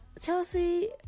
Chelsea